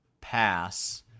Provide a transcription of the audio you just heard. pass